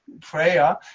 prayer